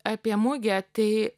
apie mugę tai